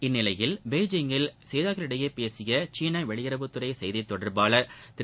இந்நிலையில் பெய்ஜிங்கில் செய்தியாளா்களிடையே பேசிய சீன வெளியுறவுத்துறை செய்தித் தொட்பாளர் திரு